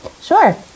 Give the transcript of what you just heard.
Sure